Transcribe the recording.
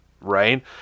right